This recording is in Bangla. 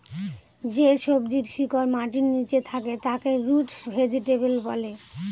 যে সবজির শিকড় মাটির নীচে থাকে তাকে রুট ভেজিটেবল বলে